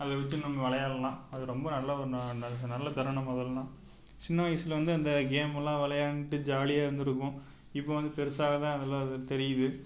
அதை வச்சு நம்ம விளையாட்லாம் அது ரொம்ப நல்ல ஒரு நல்ல தருணம் அதெல்லாம் சின்ன வயதுலேருந்து அந்த கேம்லாம் விளையாண்டு ஜாலியாக இருந்துருக்கோம் இப்போது வந்து பெருசாக தான் அதெல்லாம் அது தெரியுது